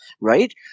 right